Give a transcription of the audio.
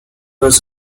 was